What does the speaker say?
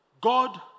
God